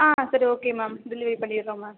ஆ சரி okay ma'am delivery பண்ணிடுறோம் ma'am